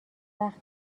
وقت